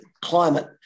climate